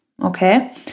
Okay